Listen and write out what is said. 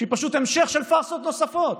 שהיא פשוט המשך של פארסות נוספות,